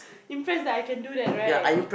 impressed that I can do that right